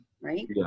right